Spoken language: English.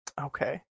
Okay